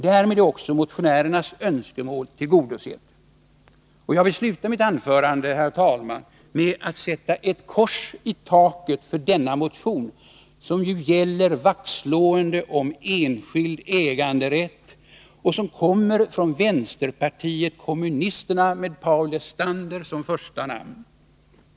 Därmed är också motionä Jag vill sluta mitt anförande, herr talman, med att sätta ett kors i taket för denna motion, som gäller vaktslående om enskild äganderätt och som kommer från vänsterpartiet kommunisterna, med Paul Lestander som första namn.